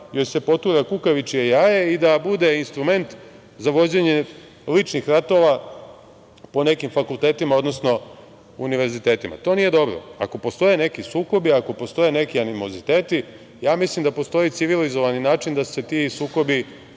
joj se potura kukavičje jaje i da bude instrument za vođenje ličnih ratova po nekim fakultetima, odnosno univerzitetima. To nije dobro. Ako postoje neki sukobi, ako postoje neki animoziteti ja mislim da postoji civilizovani način da se ti sukobi